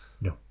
no